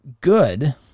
good